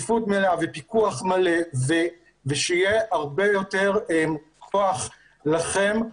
שקיפות מלאה ופיקוח מלא ושיהיה הרבה יותר כוח לכם,